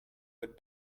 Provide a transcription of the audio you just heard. would